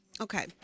Okay